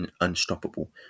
Unstoppable